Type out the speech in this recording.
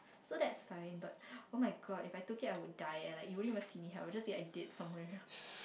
so that's fine but oh-my-god if I took it I would die leh you wouldn't even see me here I would be just like dead somewhere else